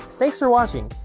thanks for watching.